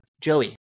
Joey